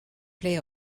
play